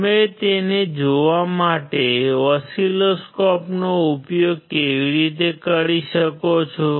તમે તેને જોવા માટે ઓસિલોસ્કોપનો ઉપયોગ કેવી રીતે કરી શકો છો